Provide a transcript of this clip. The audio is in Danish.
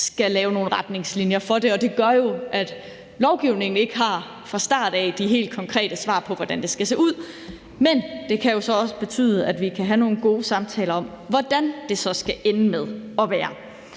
skal lave nogle retningslinjer for det. Det gør jo, at lovgivningen ikke fra start af har de helt konkrete svar på, hvordan det skal se ud, men det kan jo så også betyde, at vi kan have nogle gode samtaler om, hvordan det skal ende med at være.